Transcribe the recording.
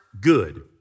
good